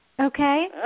Okay